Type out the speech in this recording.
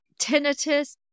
tinnitus